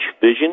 vision